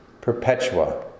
Perpetua